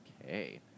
Okay